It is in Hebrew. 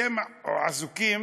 אתם עסוקים